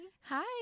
Hi